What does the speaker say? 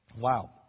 Wow